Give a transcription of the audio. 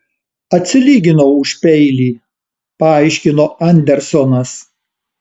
atsilyginau už peilį paaiškino andersonas